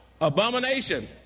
Abomination